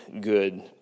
good